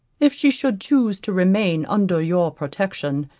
if she should chuse to remain under your protection,